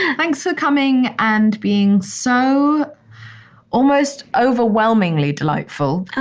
thanks for coming and being so almost overwhelmingly delightful.